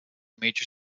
major